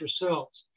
yourselves